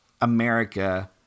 America